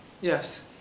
Yes